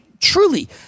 truly